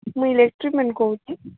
ମୁଁ electric man କହୁଛି